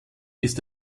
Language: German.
ist